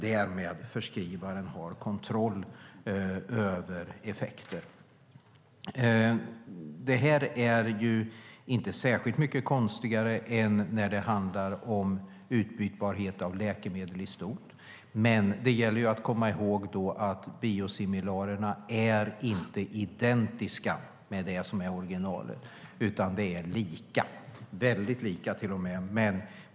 Därmed har förskrivaren kontroll över effekter. Det här är inte särskilt mycket konstigare än när det handlar om utbytbarhet av läkemedel i stort. Men det gäller att komma ihåg att biosimilarerna inte är identiska med originalet, utan de är lika - väldigt lika till och med.